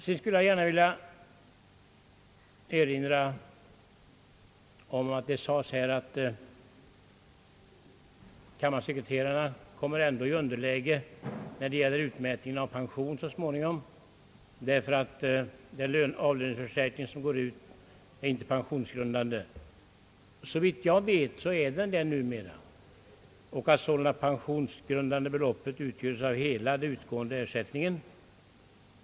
Sedan skulle jag gärna vilja erinra om att det här sades att kammarsekreterarna ändå kommer i underläge så småningom när det gäller beräkning av pension, därför att avlöningsförstärkningen inte är pensionsgrundande. Såvitt jag vet är den numera pensionsgrundande. Pension beräknas således på hela den utgående ersättningen.